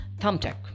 Thumbtack